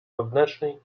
wewnętrznej